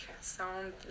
sound